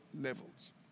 levels